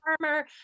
farmer